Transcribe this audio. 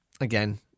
Again